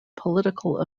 political